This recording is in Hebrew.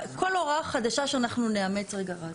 כל הוראה חדשה שאנחנו נאמץ, רגע רז.